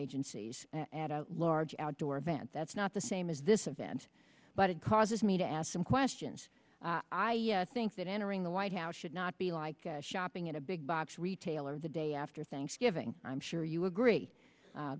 agencies at a large outdoor event that's not the same as this event but it causes me to ask some questions i think that entering the white house should not be like shopping at a big box retailer the day after thanksgiving i'm sure you agree